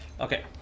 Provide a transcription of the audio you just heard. Okay